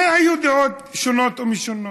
והיו דעות שונות ומשונות.